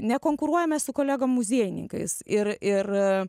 nekonkuruojame su kolegom muziejininkais ir ir